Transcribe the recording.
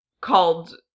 called